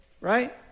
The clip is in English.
Right